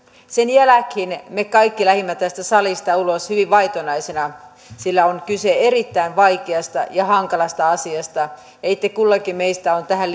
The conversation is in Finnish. sen jälkeen me kaikki lähdimme tästä salista ulos hyvin vaitonaisina sillä on kyse erittäin vaikeasta ja hankalasta asiasta ja itse kullakin meistä on tähän